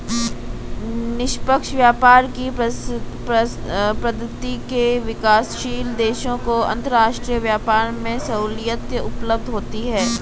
निष्पक्ष व्यापार की पद्धति से विकासशील देशों को अंतरराष्ट्रीय व्यापार में सहूलियत उपलब्ध होती है